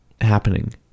happening